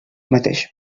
mateix